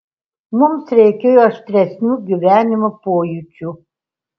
mums reikėjo aštresnių gyvenimo pojūčių